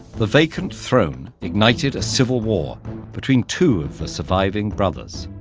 the vacant throne ignited a civil war between two of the surviving brothers,